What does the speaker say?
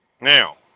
Now